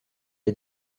est